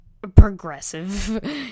progressive